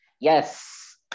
Yes